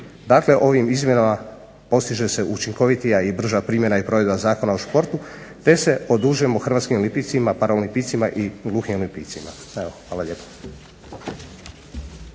Dakle, ovim izmjenama postiže se učinkovitija i brža primjena i provedba Zakona o športu te se odužujemo hrvatskim olimpijcima, paraolimpijcima i gluhim olimpijcima. Hvala lijepo.